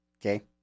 Okay